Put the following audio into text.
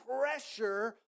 pressure